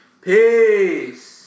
Peace